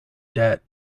debt